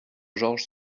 georges